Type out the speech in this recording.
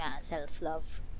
Self-love